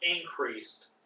increased